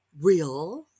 real